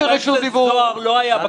סיעת יש עתיד לסעיף 12א לא נתקבלה.